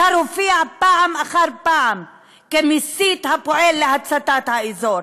השר הופיע פעם אחר פעם כמסית הפועל להצתת האזור.